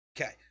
Okay